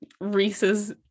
Reese's